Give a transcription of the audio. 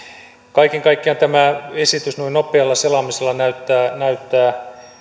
kaiken kaikkiaan tämä esitys noin nopealla selaamisella näyttää näyttää